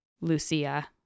Lucia